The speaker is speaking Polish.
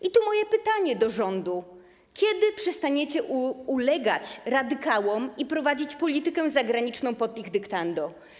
I tu moje pytanie do rządu: Kiedy przestaniecie ulegać radykałom i prowadzić politykę zagraniczną pod ich dyktando?